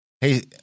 Hey